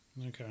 Okay